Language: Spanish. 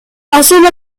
asume